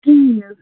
تیٖل